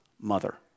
mother